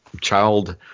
child